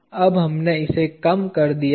अब हमने इसे कम कर दिया है